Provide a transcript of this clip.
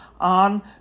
on